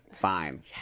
Fine